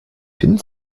finden